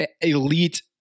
elite